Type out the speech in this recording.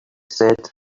said